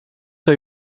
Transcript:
zou